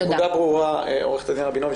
הנקודה ברורה, עורכת הדין רבינוביץ.